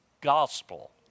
gospel